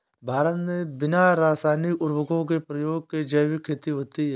भारत मे बिना रासायनिक उर्वरको के प्रयोग के जैविक खेती होती है